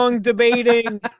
debating